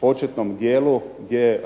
početnom dijelu gdje